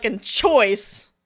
choice